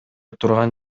турган